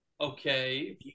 Okay